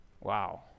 wow